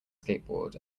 skateboard